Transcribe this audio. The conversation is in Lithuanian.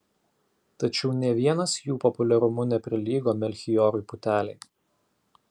tačiau nė vienas jų populiarumu neprilygo melchijorui putelei